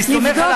אני סומך,